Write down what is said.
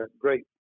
great